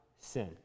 sin